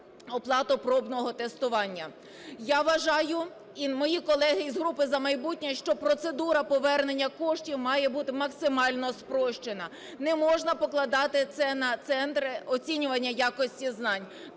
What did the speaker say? оплату пробного тестування. Я вважаю і мої колеги із групи "За майбутнє", що процедура повернення коштів має бути максимально спрощена. Не можна покладати це на центри оцінювання якості знань.